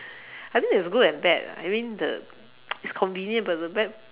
I think there's good and bad uh I mean the it's convenient but the bad